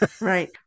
Right